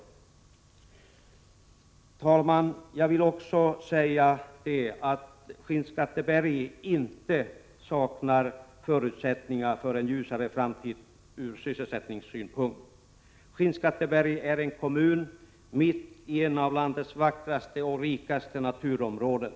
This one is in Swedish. Herr talman! Jag vill också säga att Skinnskatteberg inte saknar förutsättningar för att gå en ur sysselsättningssynpunkt ljusare framtid till mötes. Skinnskatteberg är en kommun mitt i ett av landets vackraste och rikaste naturområden.